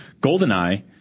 Goldeneye